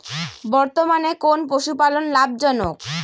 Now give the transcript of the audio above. বর্তমানে কোন পশুপালন লাভজনক?